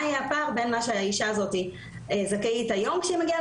מה יהיה פער בין מה שהאישה הזאת זכאית היום כשהיא מגיעה